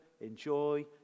enjoy